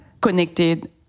connected